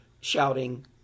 shouting